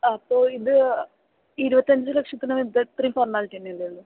അപ്പോൾ ഇത് ഇരുപത്തഞ്ച് ലക്ഷത്തിന് ഇത് ഇത്രയും ഫോർമാലിറ്റി തന്നെയല്ലേ ഉള്ളൂ